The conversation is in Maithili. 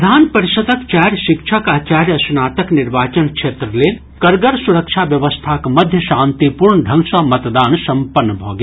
विधान परिषद्क चारि शिक्षक आ चारि स्नातक निर्वाचन क्षेत्र लेल कड़गर सुरक्षा व्यवस्थाक मध्य शांतिपूर्ण ढंग सँ मतदान सम्पन्न भऽ गेल